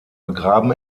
begraben